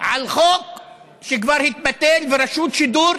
על חוק שכבר התבטל ורשות שידור,